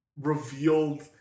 revealed